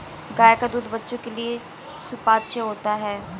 गाय का दूध बच्चों के लिए सुपाच्य होता है